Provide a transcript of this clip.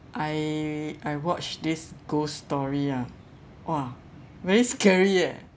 I I watched this ghost story ah !wah! very scary eh